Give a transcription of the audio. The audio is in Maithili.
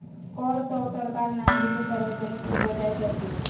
कर सॅ सरकार नागरिक के सार्वजानिक सुविधा दैत अछि